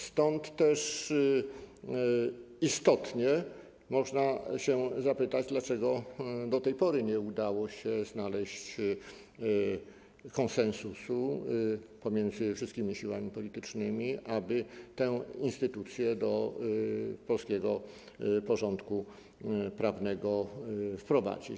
Stąd też istotnie można się zapytać: Dlaczego do tej pory nie udało się znaleźć konsensusu pomiędzy wszystkimi siłami politycznymi, aby tę instytucję do polskiego porządku prawnego wprowadzić?